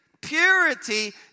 purity